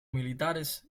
militares